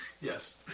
Yes